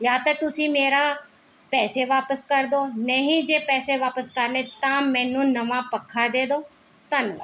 ਯਾ ਤਾਂ ਤੁਸੀਂ ਮੇਰਾ ਪੈਸੇ ਵਾਪਸ ਕਰ ਦਿਓ ਨਹੀਂ ਜੇ ਪੈਸੇ ਵਾਪਸ ਕਰਨੇ ਤਾਂ ਮੈਨੂੰ ਨਵਾਂ ਪੱਖਾ ਦੇ ਦਿਓ ਧੰਨਵਾਦ